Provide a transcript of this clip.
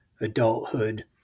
adulthood